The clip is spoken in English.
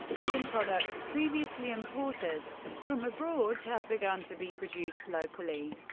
some products previously imported from abroad have begun to be produced locally.